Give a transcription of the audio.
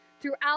Throughout